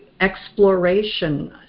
exploration